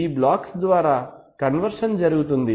ఈ బ్లాక్స్ ద్వారా కన్వర్షన్ మార్పు జరుగుతుంది